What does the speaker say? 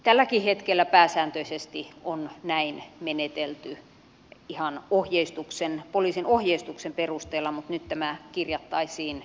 tälläkin hetkellä pääsääntöisesti on näin menetelty ihan poliisin ohjeistuksen perusteella mutta nyt tämä kirjattaisiin lain tasolle